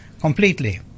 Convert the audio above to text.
completely